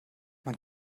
man